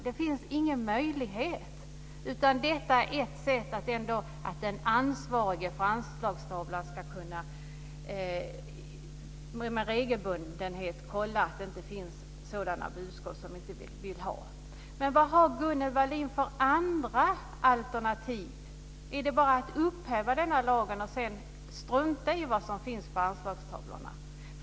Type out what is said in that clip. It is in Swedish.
Ett sätt att gå till väga är ändå att med regelbundenhet kolla att den ansvarige för anslagstavlan inte sprider sådana budskap som vi inte vill ha. Vilka andra alternativ har Gunnel Wallin? Gäller det bara att upphäva den här lagen och strunta i vad som finns på anslagstavlorna?